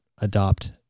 adopt